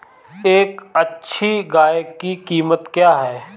एक अच्छी गाय की कीमत क्या है?